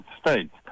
States